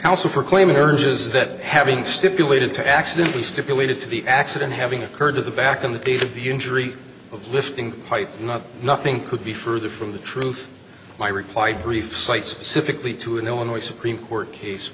counsel for claiming urges that having stipulated to accidently stipulated to the accident having occurred to the back in the days of the injury of lifting might not nothing could be further from the truth my reply brief cite specifically to an illinois supreme court case